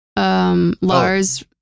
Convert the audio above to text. Lars